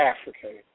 African